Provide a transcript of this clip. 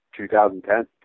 2010